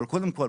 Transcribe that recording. אבל קודם כול,